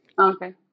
Okay